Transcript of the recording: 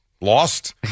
lost